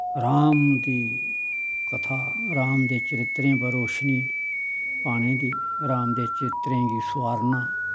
राम दी कथा राम दे चरित्तरें पर रोशनी पाने दी राम दे चरित्तरें गी सोआरना